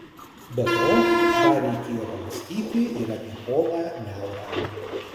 be to dar reikėjo pamąstyti ir apie poną niaurą